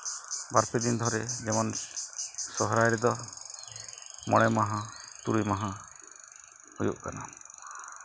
ᱵᱟᱨ ᱯᱮ ᱫᱤᱱ ᱫᱷᱚᱨᱮ ᱡᱮᱢᱚᱱ ᱥᱚᱨᱦᱟᱭ ᱨᱮᱫᱚ ᱢᱚᱬᱮ ᱢᱟᱦᱟ ᱛᱩᱨᱩᱭ ᱢᱟᱦᱟ ᱦᱩᱭᱩᱜ ᱠᱟᱱᱟ